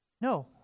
No